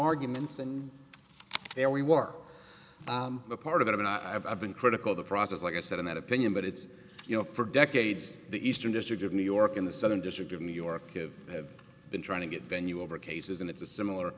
arguments and there we work on the part of it and i've been critical of the process like i said in that opinion but it's you know for decades the eastern district of new york in the southern district of new york of have been trying to get venue over cases and it's a similar